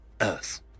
Earth